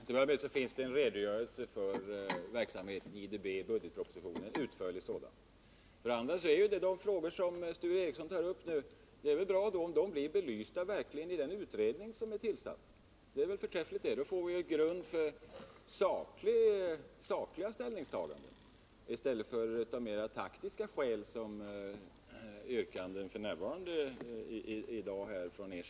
Herr talman! För det första finns i budgetpropositionen en utförlig redogörelse för IDB:s verksamhet. För det andra är det bra om de frågor som Sture Ericson tar upp blir belysta i den utredning som är tillsatt. Det är väl förträffligt. Då får vi en grund för sakliga ställningstaganden i stället för de taktiska yrkanden som ni i dag framställer.